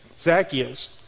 Zacchaeus